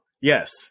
yes